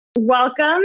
Welcome